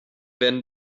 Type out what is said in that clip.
werden